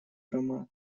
аромат